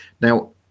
now